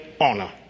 honor